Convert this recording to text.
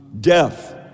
Death